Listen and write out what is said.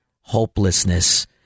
hopelessness